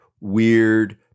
weird